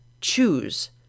choose